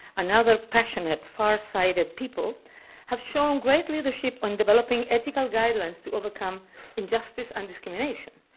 and other passionate, farsighted people have shown great leadership in developing ethical guidelines to overcome injustice and discrimination.